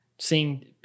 seeing